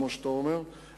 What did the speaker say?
כמו שאתה אומר,